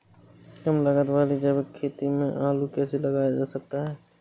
कम लागत वाली जैविक खेती में आलू कैसे लगाया जा सकता है?